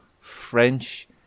French